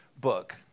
book